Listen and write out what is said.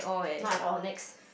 no I don't next